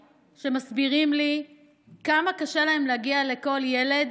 שמסבירים לי כמה קשה להם להגיע לכל ילד